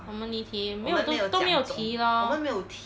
我们离题没有都没有题 lor